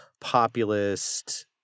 populist